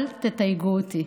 אל תתייגו אותי,